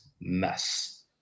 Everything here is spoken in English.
mess